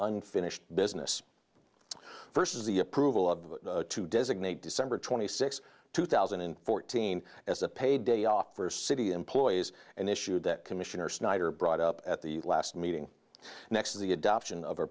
unfinished business first is the approval of to designate december twenty sixth two thousand and fourteen as a paid day off for city employees an issue that commissioner snyder brought up at the last meeting next the adoption of